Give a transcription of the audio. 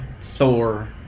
Thor